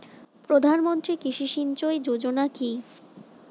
প্রধানমন্ত্রী কৃষি সিঞ্চয়ী যোজনা কি?